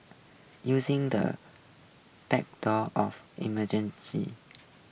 using the backdrop of emergency